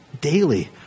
daily